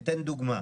אני אתן דוגמה.